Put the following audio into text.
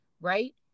right